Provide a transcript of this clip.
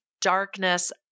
darkness